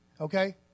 Okay